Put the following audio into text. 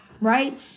right